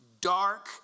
dark